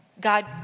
God